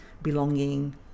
Belonging